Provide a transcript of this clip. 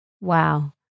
Wow